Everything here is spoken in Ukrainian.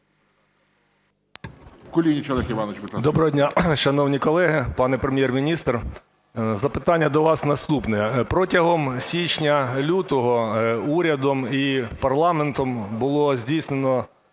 Доброго дня, шановні колеги, пане Прем'єр-міністре! Запитання до вас наступне. Протягом січня-лютого урядом і парламентом було здійснено